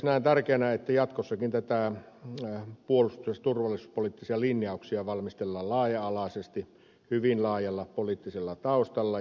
näen tärkeänä että jatkossakin puolustus ja turvallisuuspoliittisia linjauksia valmistellaan laaja alaisesti hyvin laajalla poliittisella taustalla